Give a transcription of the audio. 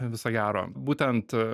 viso gero būtent